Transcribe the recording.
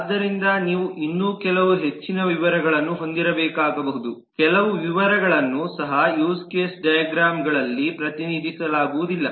ಆದ್ದರಿಂದ ನೀವು ಇನ್ನೂ ಕೆಲವು ಹೆಚ್ಚಿನ ವಿವರಗಳನ್ನು ಹೊಂದಿರಬೇಕಾಗಬಹುದು ಕೆಲವು ವಿವರಗಳನ್ನು ಸಹ ಯೂಸ್ ಕೇಸ್ ಡೈಗ್ರಾಮ್ಗಳಲ್ಲಿ ಪ್ರತಿನಿಧಿಸಲಾಗುವುದಿಲ್ಲ